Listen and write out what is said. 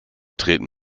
treten